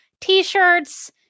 t-shirts